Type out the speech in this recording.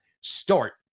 start